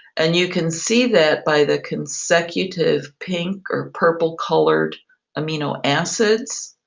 and you can see that by the consecutive pink or purple colored amino acids,